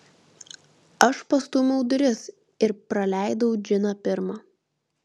aš pastūmiau duris ir praleidau džiną pirmą